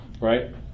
Right